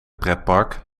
pretpark